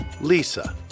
Lisa